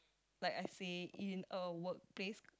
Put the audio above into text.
like I say in a workplace